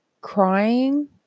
crying